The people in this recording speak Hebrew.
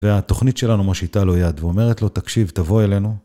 והתוכנית שלנו מושיטה לו יד ואומרת לו, תקשיב, תבוא אלינו.